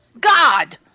god